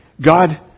God